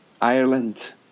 Ireland